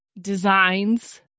designs